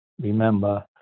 remember